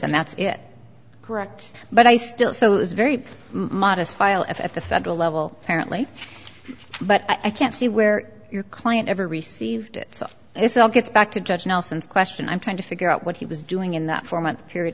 and that's it correct but i still so this very modest file if at the federal level parent lee but i can't see where your client ever received it so this all gets back to judge nelson's question i'm trying to figure out what he was doing in that four month period